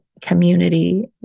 community